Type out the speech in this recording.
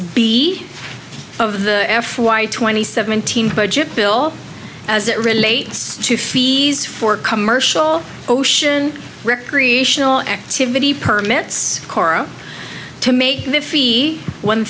b of the f y twenty seventeen budget bill as it relates to fees for commercial ocean recreational activity permits kora to make the fee one